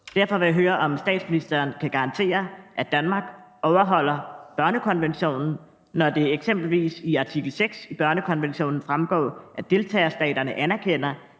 Derfor vil jeg høre, om statsministeren kan garantere, at Danmark overholder børnekonventionen, når det eksempelvis i artikel 6 i børnekonventionen fremgår, at deltagerstaterne anerkender,